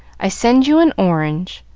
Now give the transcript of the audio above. i send you an orange.